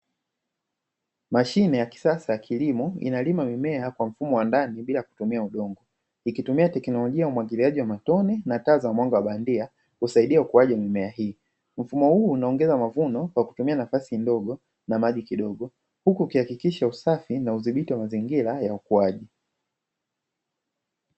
Mashine ya kisasa kilimo inalima mimea kwa mfumo wa ndani bila kutumia udongo ikitumia teknolojia umwagiliaji wa matone na taa za mwanga wa bandia husaidia ukuaji mimea hii, mfumo huu unaongeza mavuno kwa kutumia nafasi ndogo na maji kidogo huku kuhakikisha usafi na udhibiti wa mazingira ya ukuaji.